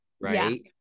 right